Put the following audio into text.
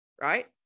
right